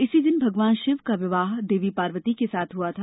इसी दिन भगवान शिव का विवाह देवी पार्वती के साथ हुआ था